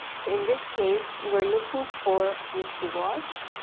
so in this case, we're looking for misty wash.